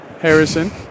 Harrison